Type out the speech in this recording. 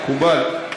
מקובל.